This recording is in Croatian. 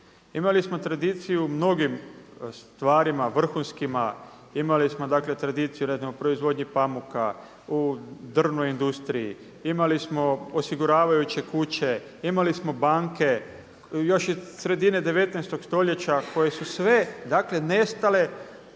Imali smo tradiciju u mnogim stvarima, vrhunskima, imali smo dakle tradiciju ne znam u proizvodnji pamuka, u drvnoj industriji, imali smo osiguravajuće kuće, imali smo banke. Još iz sredine 19. stoljeća koje su sve dakle nestale